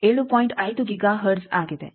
5 gigahertz ಆಗಿದೆ